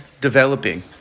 developing